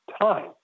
time